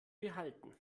behalten